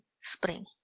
spring